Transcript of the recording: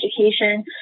education